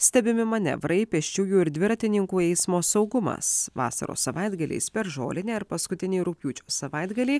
stebimi manevrai pėsčiųjų ir dviratininkų eismo saugumas vasaros savaitgaliais per žolinę ir paskutinį rugpjūčio savaitgalį